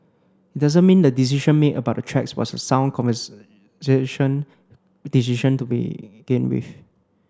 it doesn't mean the decision made about the tracks was a sound conversation decision to begin with